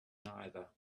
neither